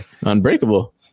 unbreakable